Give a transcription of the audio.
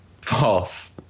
False